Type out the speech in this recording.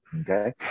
Okay